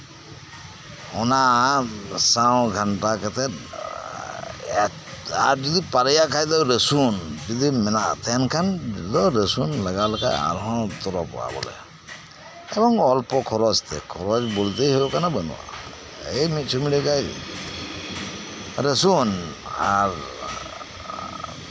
ᱚᱱᱟ ᱥᱟᱶ ᱜᱷᱟᱱᱴᱟ ᱠᱟᱛᱮᱜ ᱟᱨ ᱡᱚᱫᱤᱢ ᱯᱟᱨᱮᱭᱟᱜ ᱠᱷᱟᱱ ᱫᱚ ᱨᱟᱥᱩᱱ ᱛᱟᱦᱮᱱ ᱠᱷᱟᱱ ᱨᱟᱹᱥᱩᱱ ᱞᱟᱜᱟᱣ ᱞᱮᱠᱷᱟᱡ ᱟᱨᱦᱚᱸ ᱛᱚᱲᱚᱜᱼᱟ ᱮᱵᱚᱝ ᱚᱞᱯᱚ ᱠᱷᱚᱨᱚᱪᱛᱮ ᱠᱷᱚᱨᱚᱪ ᱵᱚᱞᱛᱮ ᱦᱩᱭᱩᱜ ᱠᱟᱱᱟ ᱪᱮᱫ ᱜᱮ ᱵᱟᱹᱱᱩᱜᱼᱟ ᱨᱟᱹᱥᱩᱱ ᱟᱨ